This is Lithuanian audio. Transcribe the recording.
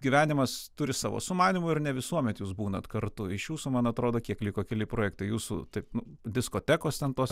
gyvenimas turi savo sumanymų ir ne visuomet jūs būnat kartu iš jūsų man atrodo kiek liko keli projektai jūsų taip diskotekos ten tos